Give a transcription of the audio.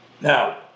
now